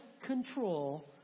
control